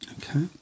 Okay